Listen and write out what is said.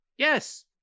Yes